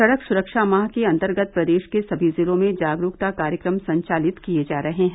सड़क सुरक्षा माह के अन्तर्गत प्रदेश के सभी जिलों में जागरूकता कार्यक्रम संचालित किये जा रहे हैं